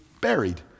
buried